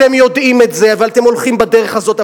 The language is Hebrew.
אתם יודעים את זה אבל אתם הולכים בדרך הזאת.